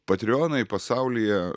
patreonai pasaulyje